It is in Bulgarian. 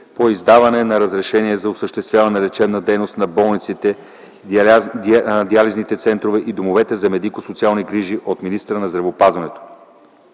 по издаване на разрешения за осъществяване на лечебна дейност на болниците, диализните центрове и домовете за медико-социални грижи от министъра на здравеопазването.